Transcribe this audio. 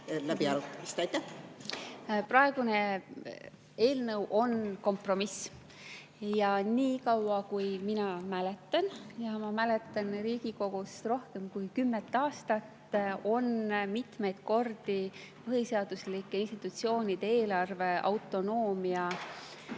Praegune eelnõu on kompromiss. Niikaua, kui mina mäletan – ja ma mäletan Riigikogust rohkem kui kümmet aastat –, on põhiseaduslike institutsioonide eelarveautonoomia